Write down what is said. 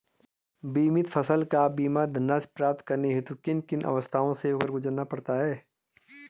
बीमित फसल का बीमा धनराशि प्राप्त करने हेतु किन किन अवस्थाओं से होकर गुजरना पड़ता है?